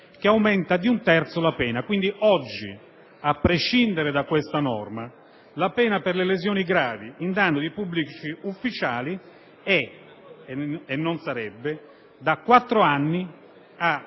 che aumenta di un terzo la pena. Quindi, oggi, a prescindere da questa norma, la pena per le lesioni gravi in danno di pubblici ufficiali è - non «sarebbe» - da quattro anni a